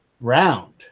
round